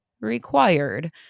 required